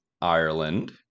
Ireland